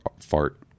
fart